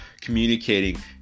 communicating